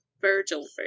Virgil